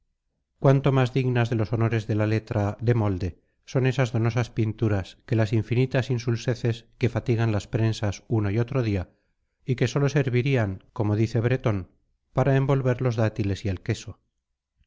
cuánto más dignas de los honores de la letra de molde son esas donosas pinturas que las infinitas insulseces que fatigan las prensas uno y otro día y que sólo servirán como dice bretón para envolver los dátiles y el queso